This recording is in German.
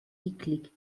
eklig